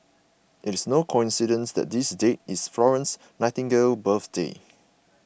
it is no coincidence that this date is Florence Nightingale's birthday